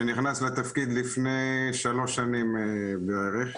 שנכנס לתפקיד לפני שלוש שנים בערך.